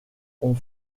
ont